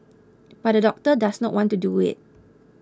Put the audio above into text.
but the doctor does not want to do it